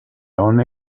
only